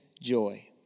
joy